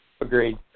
Agreed